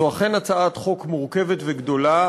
זו אכן הצעת חוק מורכבת וגדולה.